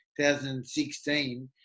2016